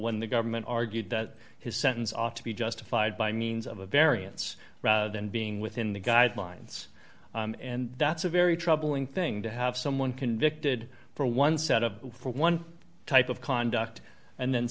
when the government argued that his sentence ought to be just fired by means of a variance rather than being within the guidelines and that's a very troubling thing to have someone convicted for one set up for one type of conduct and then